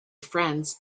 friends